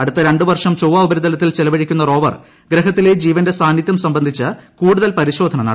അടുത്ത രണ്ട് വർഷം ചൊവ്വ ഉപരിതലത്തിൽ ചിലവഴിക്കുന്ന റോവർ ഗ്രഹത്തിലെ ജീവന്റെ സാന്നിധൃം സംബന്ധിച്ച കൂടുതൽ പരിശോധന നടത്തും